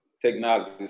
technology